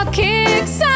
kicks